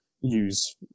use